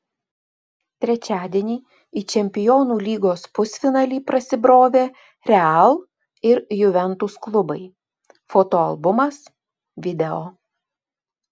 trečiadienį į čempionų lygos pusfinalį prasibrovė real ir juventus klubai fotoalbumas video